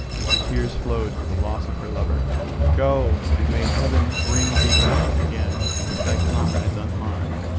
and her tears flowed for the loss of her lover go, and may heaven bring thee back again with thy comrades unharmed,